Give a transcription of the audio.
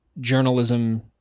journalism